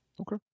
Okay